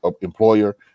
employer